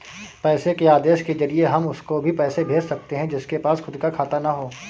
पैसे के आदेश के जरिए हम उसको भी पैसे भेज सकते है जिसके पास खुद का खाता ना हो